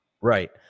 right